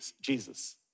Jesus